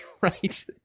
right